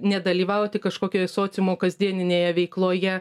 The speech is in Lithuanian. nedalyvauti kažkokioj sociumo kasdieninėje veikloje